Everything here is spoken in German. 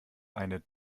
eine